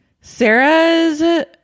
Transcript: Sarah's